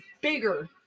bigger